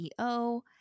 CEO